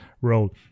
role